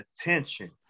attention